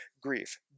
grief